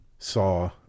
saw